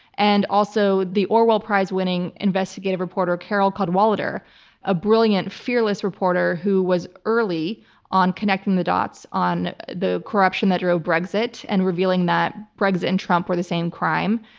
and also, the orwell prize-winning investigative reporter carole cadwalladr, a ah brilliant, fearless reporter who was early on connecting the dots on the corruption that drove brexit and revealing that brexit and trump were the same crime.